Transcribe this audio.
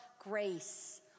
grace